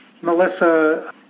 Melissa